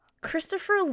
Christopher